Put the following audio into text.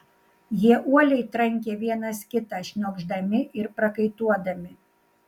jie uoliai trankė vienas kitą šniokšdami ir prakaituodami